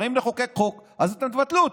הרי אם נחוקק חוק, אז אתם תבטלו אותו.